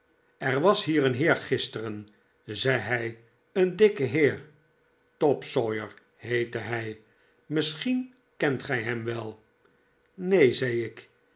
er was hier een heer gisteren zei hij een dikke heer topsawyer heet hij misschien kent gij hem wel neen zei ik